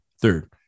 third